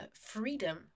freedom